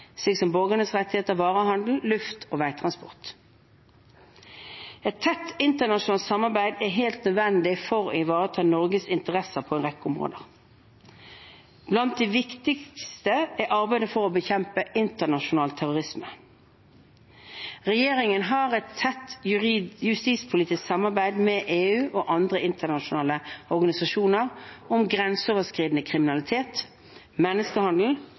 slik som borgernes rettigheter, varehandel, luft- og veitransport. Et tett internasjonalt samarbeid er helt nødvendig for å ivareta Norges interesser på en rekke områder. Blant de viktigste er arbeidet for å bekjempe internasjonal terrorisme. Regjeringen har et tett justispolitisk samarbeid med EU og andre internasjonale organisasjoner om grenseoverskridende kriminalitet, menneskehandel